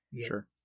Sure